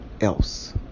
else